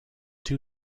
two